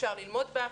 אפשר ללמוד בה אחרת.